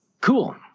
Cool